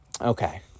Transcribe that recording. okay